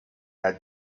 had